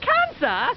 Cancer